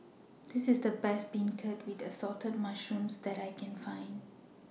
This IS The Best Beancurd with Assorted Mushrooms that I Can Find